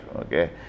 Okay